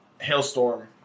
Hailstorm